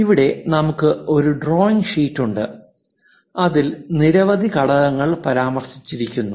ഇവിടെ നമുക്ക് ഒരു ഡ്രോയിംഗ് ഷീറ്റ് ഉണ്ട് അതിൽ നിരവധി ഘടകങ്ങൾ പരാമർശിച്ചിരിക്കുന്നു